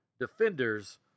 Defenders